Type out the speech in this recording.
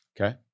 Okay